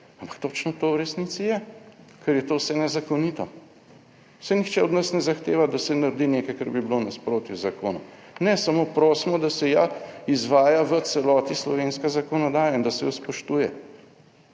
ampak točno to v resnici je, ker je to vse nezakonito. Saj nihče od nas ne zahteva, da se naredi nekaj kar bi bilo v nasprotju z zakonom. Ne, samo prosimo, da se ja izvaja v celoti slovenska zakonodaja in da se jo spoštuje,